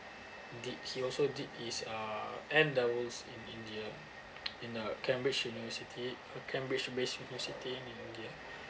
did he also did his um N levels in india in a cambridge university a cambridge based university in india